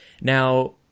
Now